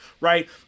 right